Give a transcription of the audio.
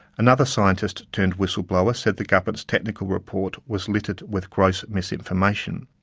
another scientist-turned-whistleblower said the government's technical report was littered with gross misinformation.